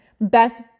best